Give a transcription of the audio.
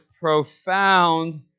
profound